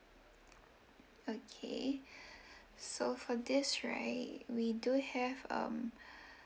okay so for this right we do have um